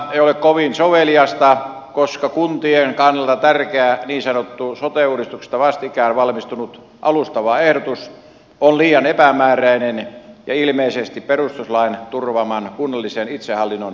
ei ole kovin soveliasta että kuntien kannalta tärkeä niin sanottu sote uudistuksesta vastikään valmistunut alustava ehdotus on liian epämääräinen ja ilmeisesti perustuslain turvaaman kunnallisen itsehallinnon vastainenkin